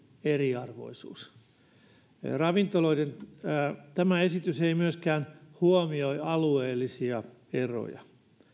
eriarvoisuus tämä esitys ei myöskään huomioi alueellisia eroja